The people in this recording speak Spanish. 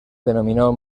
denominó